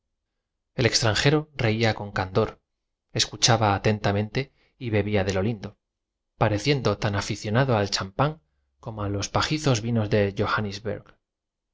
el extranjero reía emestre ptas con candor escuchaba atentamente y bebía de lo lindo ño ño pareciendo tan aficionado al champag ne como a los pajizos vinos de